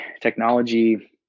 technology